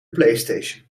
playstation